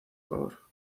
favor